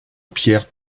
pierre